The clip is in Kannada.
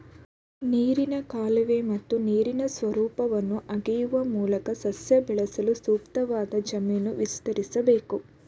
ನೀರಿನ ಕಾಲುವೆ ಮತ್ತು ನೀರಾವರಿ ಸ್ವರೂಪವನ್ನು ಅಗೆಯುವ ಮೂಲಕ ಸಸ್ಯ ಬೆಳೆಸಲು ಸೂಕ್ತವಾದ ಜಮೀನು ವಿಸ್ತರಿಸ್ಬೇಕು